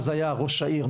אז הוא היה ראש העיר,